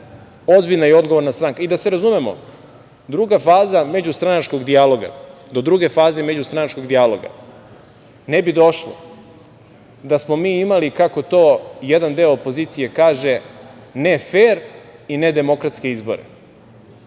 i apsolutno ništa više. Da se razumemo, druga faza međustranačkog dijaloga, do druge faze međustranačkog dijaloga ne bi došlo da smo mi imali, kako to jedan deo opozicije kaže, nefer i nedemokratske izbore